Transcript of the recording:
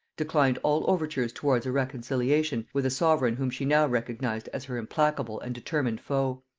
declined all overtures towards a reconciliation with a sovereign whom she now recognised as her implacable and determined foe.